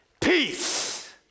Peace